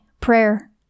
prayer